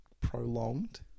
prolonged